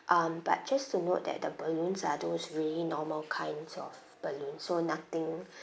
um but just to note that the balloons are those really normal kinds of balloon so nothing